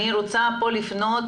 אני רוצה לפנות